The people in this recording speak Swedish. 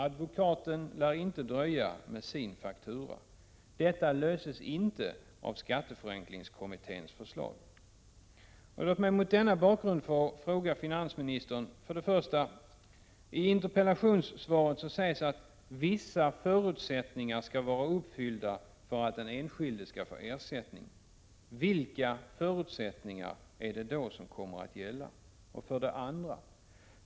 Advokaten lär inte dröja så länge med sin faktura. Detta löses inte av skatteförenklingskommitténs förslag. 1. I interpellationssvaret sägs att ”vissa förutsättningar” skall vara uppfyllda för att den enskilde skall få ersättning. Vilka förutsättningar är det som då kommer att gälla? 2.